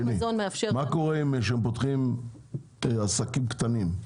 מה קורה כשפותחים עסקים קטנים,